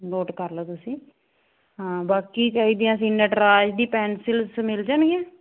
note ਕਰ ਲਓ ਤੁਸੀਂ ਹਾਂ ਬਾਕੀ ਚਾਹੀਦੀਆਂ ਸੀ ਨਟਰਾਜ ਦੀ ਪੈਨਸਿਲਸ ਮਿਲ ਜਾਣਗੀਆਂ